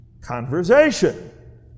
conversation